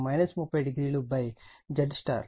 కాబట్టి IaVab3∠ 300ZY